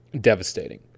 devastating